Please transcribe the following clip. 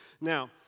Now